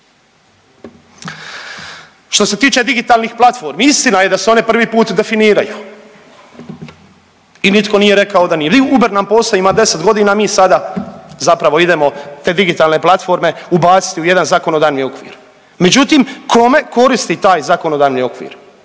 Što se tiče digitalnih platformi istina je da se one prvi put definiraju i nitko nije rekao …/Govornik se ne razumije./… Uber postoji ima 10 godina, mi sada zapravo idemo te digitalne platforme ubaciti u jedan zakonodavni okvir. Međutim, kome koristi taj zakonodavni okvir?